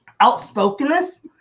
outspokenness